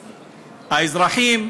האזרחים,